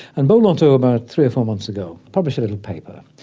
and beau lotto about three or four months ago published a little paper,